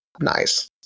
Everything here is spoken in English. nice